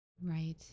Right